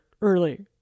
early